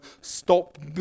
stop